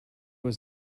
was